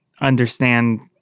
understand